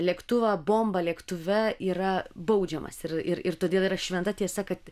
lėktuvą bombą lėktuve yra baudžiamas ir ir ir todėl yra šventa tiesa kad